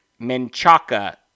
Menchaca